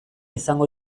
izango